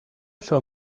show